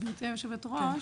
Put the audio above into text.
גברתי היושבת-ראש,